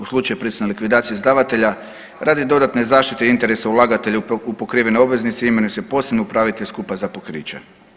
U slučaju prisilne likvidacije izdavatelja radi dodatne zaštite interesa ulagatelja u pokrivene obveznice imenuje se posebni upravitelj skupa za pokriće.